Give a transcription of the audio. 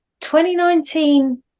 2019